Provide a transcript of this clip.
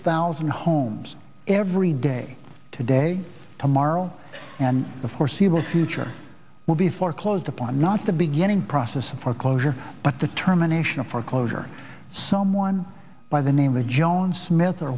thousand homes every day today tomorrow and the foreseeable future will be foreclosed upon not the beginning process of foreclosure but determination of foreclosure someone by the name of joan smith or